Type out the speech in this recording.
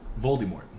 Voldemort